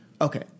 Okay